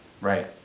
Right